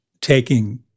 taking